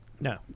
no